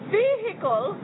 vehicle